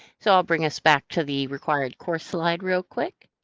so i'll bring us back to the required course slide real quick.